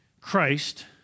Christ